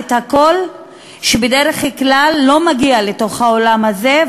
את הקול שבדרך כלל לא מגיע לתוך האולם הזה,